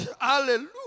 Hallelujah